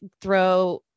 throw